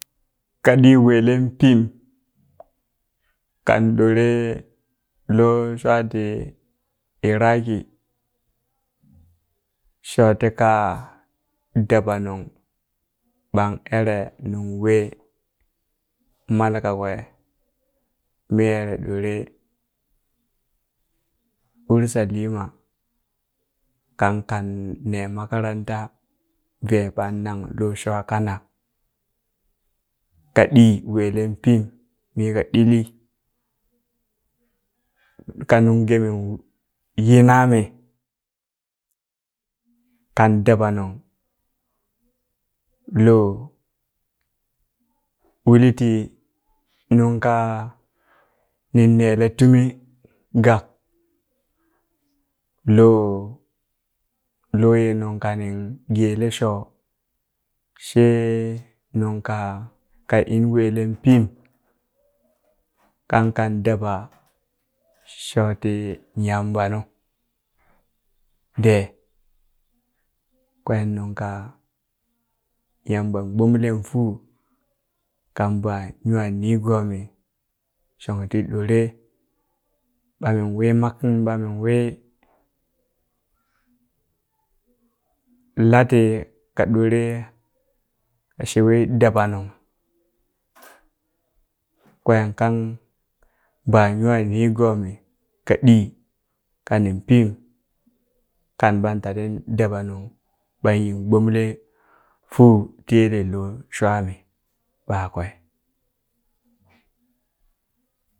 Ka ɗi welen pim kan ɗore lo shwa ti iraki shoti ka dabanung ɓan ere nung we mal kakwe mi ere ɗore urshalima kan kan ne makaranta ve ɓan nan lo shwa kanak kaɗi welen pim mi ka ɗili ka nung geme yi nami kan dabanung lo uliti nungka nin nele tumi gak lo loye nung kanin gele sho she nunka ka in wele pim kankan daba shoti Yamba nu de kwen nungka Yamban gbomlem fu kan ɓa nwa nigomi shon ti ɗore ɓamin wi mak ɓa min wi lati ka ɗore ka shewe daba nung kwen kang ban nwa nigomi kaɗi kani pim kan ɓan tan ti daba nung ɓan yi gbomle fu tiyele lo shwami ɓakwe.